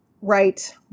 Right